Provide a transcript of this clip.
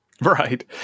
Right